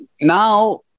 now